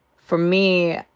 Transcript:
for me,